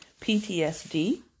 PTSD